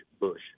Bush